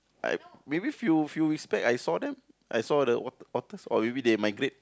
I've maybe few few weeks time I saw them I saw the what otters or maybe they migrate